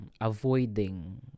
avoiding